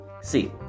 See